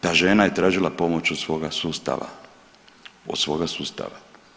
Ta žena je tražila pomoć od svoga sustava, od svoga sustava.